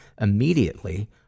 immediately